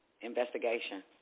investigation